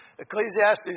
Ecclesiastes